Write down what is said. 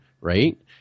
Right